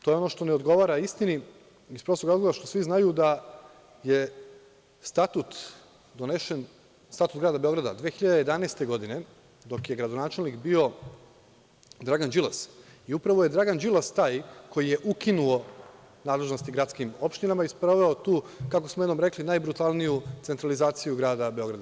To je ono što ne odgovara istini iz prostog razloga što svi znaju da je Statut grada Beograda donesen 2011. godine, dok je gradonačelnik bio Dragan Đilas i upravo je Dragan Đilas taj koji je ukinuo nadležnosti gradskim opštinama i sproveo tu, kako smo jednom rekli, najbrutalniju centralizaciju grada Beograda.